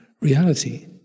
reality